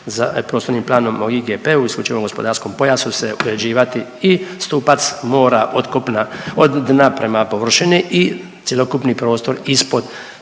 će prostornim planom o IGP-u, isključivom gospodarskom pojasu se određivati i stupac mora od kopna, od dna prema površini i cjelokupni prostor ispod